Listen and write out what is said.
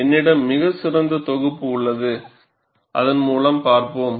என்னிடம் மிகச் சிறந்த தொகுப்பு உள்ளது அதன் மூலம் பார்ப்போம்